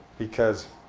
because,